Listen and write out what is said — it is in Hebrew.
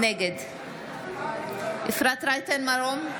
נגד אפרת רייטן מרום,